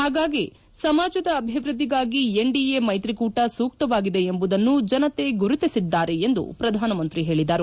ಹಾಗಾಗಿ ಸಮಾಜದ ಅಭಿವೃದ್ಧಿಗಾಗಿ ಎನ್ಡಿಎ ಮೈತ್ರಿಕೂಟ ಸೂಕ್ತವಾಗಿದೆ ಎಂಬುದನ್ನು ಜನತೆ ಗುರುತಿಸಿದ್ದಾರೆ ಎಂದು ಪ್ರಧಾನಮಂತ್ರಿ ಹೇಳದರು